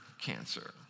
cancer